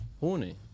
horny